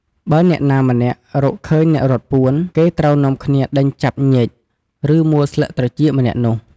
បើអ្នកណាម្នាក់ រកឃើញអ្នករត់ពួន គេត្រូវនាំគ្នាដេញចាប់ញៀច ឬមួលស្លឹកត្រចៀកម្នាក់នោះ។